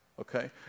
okay